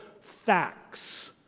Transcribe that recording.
facts